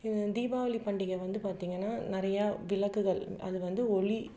தீபாவளி பண்டிகை வந்து பார்த்திங்கன்னா நிறையா விளக்குகள் அது வந்து ஒளி